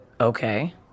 Okay